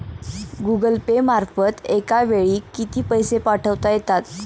Google Pay मार्फत एका वेळी किती पैसे पाठवता येतात?